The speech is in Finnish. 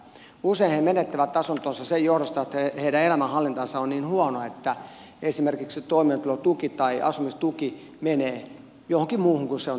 usein he menettävät asuntonsa sen johdosta että heidän elämänhallintansa on niin huonoa että esimerkiksi toimeentulotuki tai asumistuki menee johonkin muuhun kuin sen on tarkoitettu